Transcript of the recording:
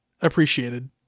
appreciated